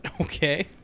Okay